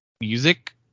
music